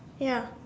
ya